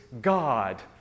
God